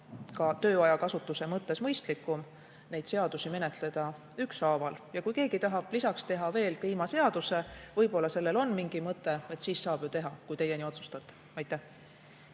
ka tööajakasutuse mõttes mõistlikum neid seadusi menetleda ükshaaval. Ja kui keegi tahab lisaks teha veel kliimaseaduse – võib-olla sellel on mingi mõte –, siis saab seda ju teha, kui teie nii otsustate. Aitäh!